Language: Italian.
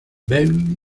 belli